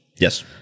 Yes